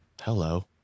Hello